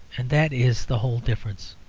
and that is the whole difference.